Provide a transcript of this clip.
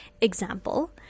example